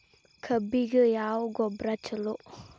ಕಬ್ಬಿಗ ಯಾವ ಗೊಬ್ಬರ ಛಲೋ?